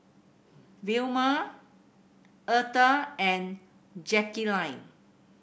Vilma Eartha and Jackeline